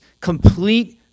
complete